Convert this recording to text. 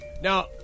Now